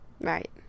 Right